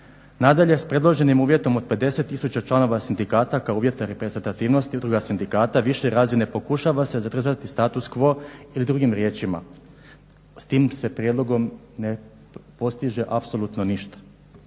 Nadalje, s predloženim uvjetom od 50 tisuća članova sindikata kao uvjet te reprezentativnosti udruga sindikata više razine pokušava se zadržati status quo ili drugim riječima s tim se prijedlogom ne postiže apsolutno ništa.